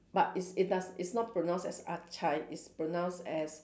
but it's it does it's not pronounce as it's pronounce as